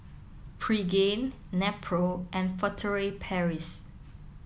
Pregain Nepro and Furtere Paris